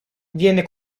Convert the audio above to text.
viene